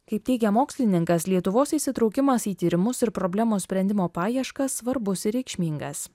kaip teigia mokslininkas lietuvos įsitraukimas į tyrimus ir problemos sprendimo paieškas svarbus reikšmingas